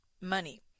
money